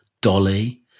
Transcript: Dolly